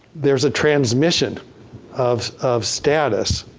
there's a transmission of of status.